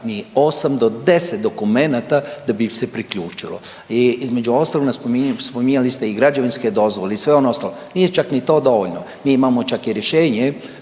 do deset dokumenata da bi ih se priključilo. I između ostalog spominjali ste i građevinske dozvole i sve ono ostalo, nije čak ni to dovoljno mi imamo čak i rješenje